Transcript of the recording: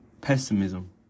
pessimism